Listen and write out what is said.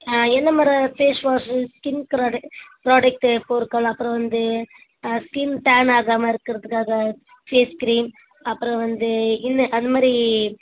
எந்தமாரி face wash skin product பொருட்கள் அப்புறம் வந்து ஸ்கின் டேன் ஆகாமல் இருக்கிறதுக்காக ஃபேஸ் க்ரீம் அப்புறம் வந்து இந்த அந்தமாதிரி